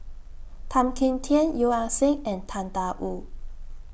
Tan Kim Tian Yeo Ah Seng and Tang DA Wu